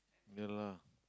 no lah